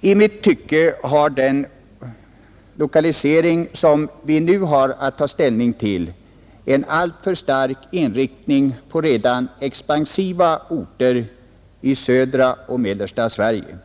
I mitt tycke har den omlokalisering som vi nu har att ta ställning till en alltför stark inriktning på redan expansiva orter i södra och mellersta Sverige.